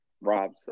Rob's